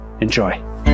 Enjoy